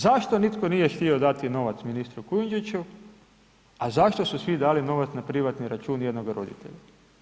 Zašto nitko nije htio dati novac ministru Kujundžiću, a zašto su svi dali novac na privatni račun jednoga roditelja?